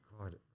God